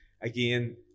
again